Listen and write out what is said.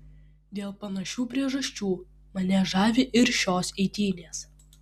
dėl panašių priežasčių mane žavi ir šios eitynės